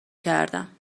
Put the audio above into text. کردم